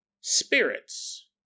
spirits